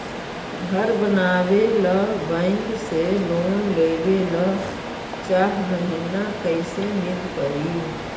घर बनावे ल बैंक से लोन लेवे ल चाह महिना कैसे मिलतई?